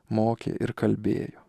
mokė ir kalbėjo